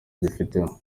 agufiteho